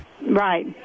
Right